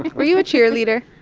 like were you a cheerleader?